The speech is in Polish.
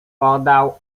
podał